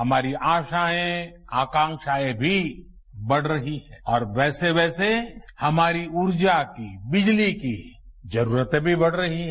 हमारी आशाएं आकांशाएं भी बढ़ रही हैं और वैसे वैसे हमारी ऊर्जा की बिजली की जरूरतें भी बढ़ रही हैं